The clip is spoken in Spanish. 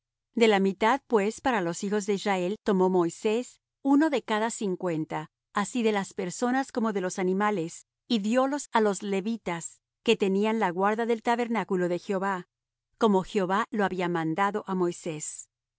de la mitad pues para los hijos de israel tomó moisés uno de cada cincuenta así de las personas como de los animales y diólos á los levitas que tenían la guarda del tabernáculo de jehová como jehová lo había mandado á moisés